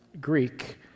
Greek